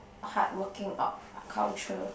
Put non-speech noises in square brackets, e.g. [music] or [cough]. hardworking [noise] culture